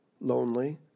lonely